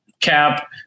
cap